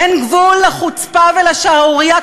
אין גבול לחוצפה ולשערורייה.